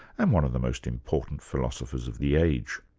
and one of the most important philosophers of the age.